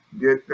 get